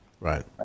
right